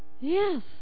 Yes